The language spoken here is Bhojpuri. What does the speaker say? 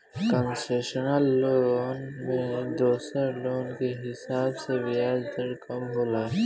कंसेशनल लोन में दोसर लोन के हिसाब से ब्याज दर कम होला